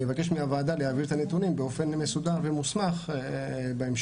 אני אבקש מהוועדה להעביר את הנתונים באופן מסודר וממוסמך בהמשך.